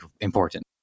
important